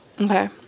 Okay